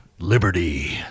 Liberty